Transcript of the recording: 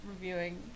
reviewing